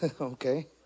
okay